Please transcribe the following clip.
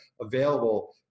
available